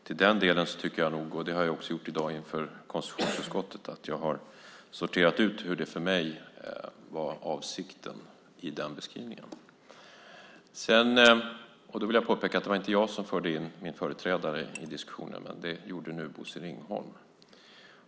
Till den delen har jag, och det har jag också gjort för konstitutionsutskottet, sorterat ut vad som för mig var avsikten med den beskrivningen. Jag vill påpeka att det inte var jag som förde in min företrädare i diskussionen. Det gjorde nu Bosse Ringholm.